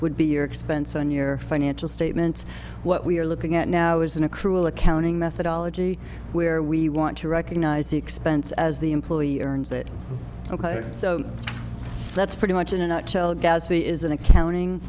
would be your expense on your financial statements what we're looking at now is an accrual accounting methodology where we want to recognize the expense as the employee earns that ok so that's pretty much in a nutshell gaspy is an accounting